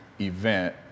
event